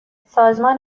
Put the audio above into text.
سازمان